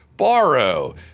borrow